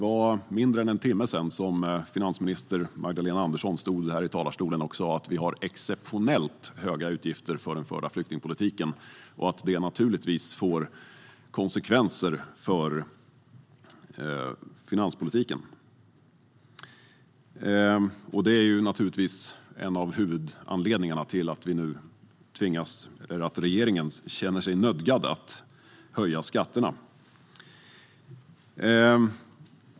För mindre än en timme sedan stod finansminister Magdalena Andersson i talarstolen och sa att vi har exceptionellt stora utgifter för den förda flyktingpolitiken och att det naturligtvis får konsekvenser för finanspolitiken. Det är givetvis en av huvudanledningarna till att regeringen känner sig nödgad att höja skatterna.